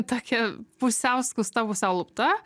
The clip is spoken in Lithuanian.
tokia pusiau skusta pusiau lupta